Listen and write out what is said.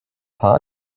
park